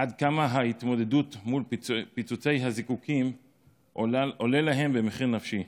עד כמה ההתמודדות מול פיצוצי הזיקוקים עולה להם במחיר נפשי.